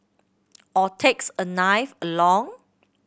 or takes a knife along